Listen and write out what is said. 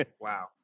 Wow